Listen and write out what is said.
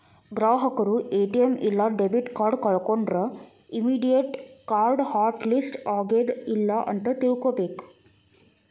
ಗ್ರಾಹಕರು ಎ.ಟಿ.ಎಂ ಇಲ್ಲಾ debit card ಕಳ್ಕೊಂಡ್ರ ಇಮ್ಮಿಡಿಯೇಟ್ ಕಾರ್ಡ್ ಹಾಟ್ ಲಿಸ್ಟ್ ಆಗ್ಯಾದ ಇಲ್ಲ ಅಂತ ತಿಳ್ಕೊಬೇಕ್